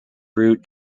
route